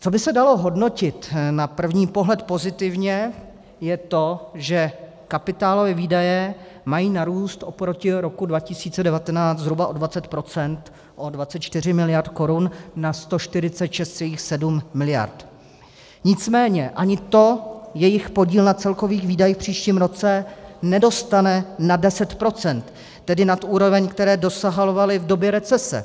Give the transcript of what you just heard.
Co by se dalo hodnotit na první pohled pozitivně, je to, že kapitálové výdaje mají narůst oproti roku 2019 zhruba o 20 %, o 24 mld. korun na 146,7 mld. Nicméně ani to jejich podíl na celkových výdajích v příštím roce nedostane nad 10 %, tedy nad úroveň, které dosahovaly v době recese.